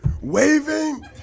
waving